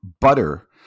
butter